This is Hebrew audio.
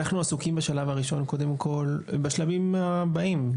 אנחנו עסוקים בשלב הראשון קודם כול בשלבים הבאים,